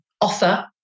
offer